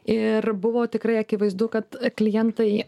ir buvo tikrai akivaizdu kad klientai